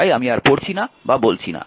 তাই আমি আর পড়ছি না বা বলছি না